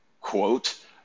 quote